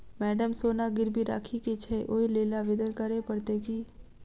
Madam सोना गिरबी राखि केँ छैय ओई लेल आवेदन करै परतै की?